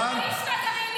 הבנת?